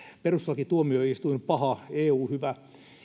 perustuslakituomioistuin paha eu hyvä